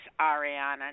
Ariana